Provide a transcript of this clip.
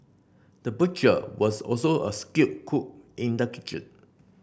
the butcher was also a skilled cook in the kitchen